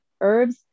herbs